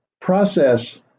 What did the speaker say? process